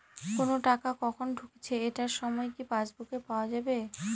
কোনো টাকা কখন ঢুকেছে এটার সময় কি পাসবুকে পাওয়া যাবে?